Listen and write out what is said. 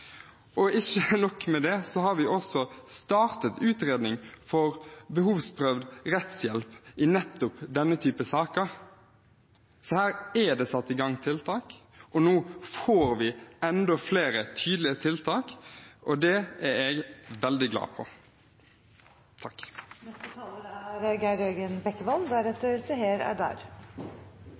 Og ikke nok med det – vi har også startet en utredning om behovsprøvd rettshjelp i nettopp denne typen saker. Så her er det satt i gang tiltak. Nå får vi enda flere tydelige tiltak, og det er jeg veldig glad for. Jeg er